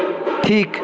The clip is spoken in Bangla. ঠিক